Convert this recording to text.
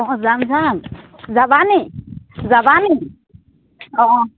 অঁ যাম যাম যাবানি যাবানি অঁ